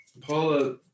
Paula